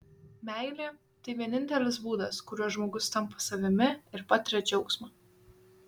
meilė tai vienintelis būdas kuriuo žmogus tampa savimi ir patiria džiaugsmą